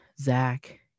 Zach